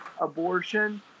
abortion